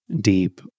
deep